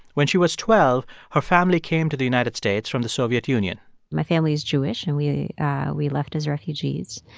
when she was twelve, her family came to the united states from the soviet union my family is jewish, and we we left as refugees.